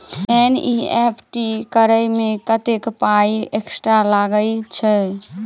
NEFT करऽ मे कत्तेक पाई एक्स्ट्रा लागई छई?